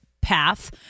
path